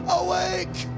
awake